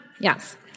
Yes